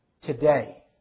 today